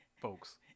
folks